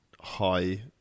high